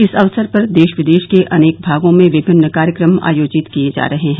इस अवसर पर देश विदेश के अनेक भागों में विभिन्न कार्यक्रम आयोजित किए जा रहे हैं